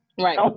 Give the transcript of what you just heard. Right